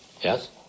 Yes